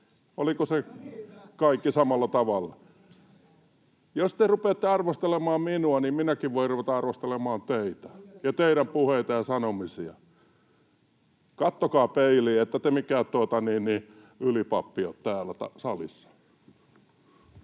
oliko se kaikki samalla tavalla? Jos te rupeatte arvostelemaan minua, niin minäkin voin ruveta arvostelemaan teitä ja teidän puheitanne ja sanomisianne. [Ilmari Nurmisen välihuuto] Katsokaa peiliin, ette te mikään ylipappi ole täällä salissa.